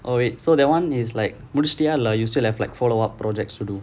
oh wait so that [one] is like முடிச்சிட்டியா:mudichitiyaa lah you still have like follow up projects to do